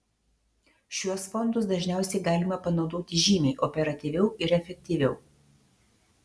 šiuos fondus dažniausiai galima panaudoti žymiai operatyviau ir efektyviau